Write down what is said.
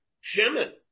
Shimon